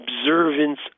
observance